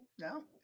No